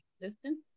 existence